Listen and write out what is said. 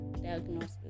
diagnosis